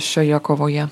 šioje kovoje